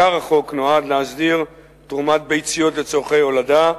עיקר החוק נועד להסדיר תרומת ביציות לצורכי הולדה,